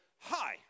Hi